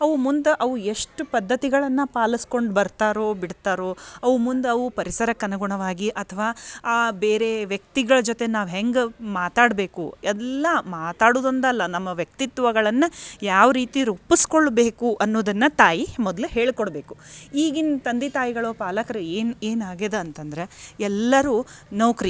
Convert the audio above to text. ಅವು ಮುಂದೆ ಅವು ಎಷ್ಟು ಪದ್ಧತಿಗಳನ್ನ ಪಾಲಿಸ್ಕೊಂಡು ಬರ್ತಾರೋ ಬಿಡ್ತಾರೋ ಅವು ಮುಂದ ಅವ ಪರಿಸರಕ್ಕೆ ಅನುಗುಣವಾಗಿ ಅಥ್ವಾ ಆ ಬೇರೆ ವ್ಯಕ್ತಿಗಳ ಜೊತೆ ನಾವು ಹ್ಯಂಗ್ ಮಾತಾಡಬೇಕು ಎಲ್ಲಾ ಮಾತಾಡುದು ಅಂದಲ್ಲ ನಮ್ಮ ವ್ಯಕ್ತಿತ್ವಗಳನ್ನು ಯಾವ ರೀತಿ ರುಪ್ಪುಸ್ಸ್ಕೊಳ್ಬೇಕು ಅನ್ನೋದನ್ನು ತಾಯಿ ಮೊದಲೇ ಹೇಳ್ಕೊಡಬೇಕು ಈಗಿನ ತಂದೆ ತಾಯಿಗಳು ಪಾಲಕರು ಏನು ಏನಾಗ್ಯದ ಅಂತ ಅಂದ್ರೆ ಎಲ್ಲರೂ ನೌಕ್ರಿ